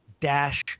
dash